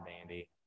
Andy